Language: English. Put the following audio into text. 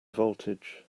voltage